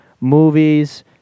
movies